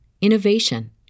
innovation